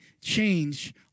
change